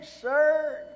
sir